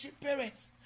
parents